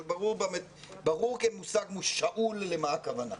אבל ברור כמושג שאול למה הכוונה.